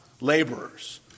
laborers